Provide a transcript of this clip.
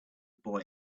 boy